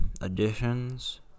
Additions